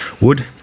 wood